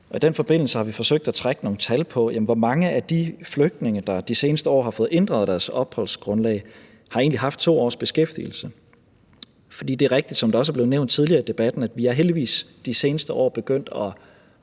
I den forbindelse har vi forsøgt at trække nogle tal på, hvor mange af de flygtninge, der de seneste år har fået inddraget deres opholdsgrundlag, egentlig har haft 2 års beskæftigelse, for det er rigtigt, som det også er blevet nævnt tidligere i debatten, at vi heldigvis de seneste